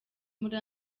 muri